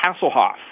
Hasselhoff